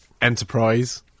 enterprise